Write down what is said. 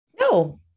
No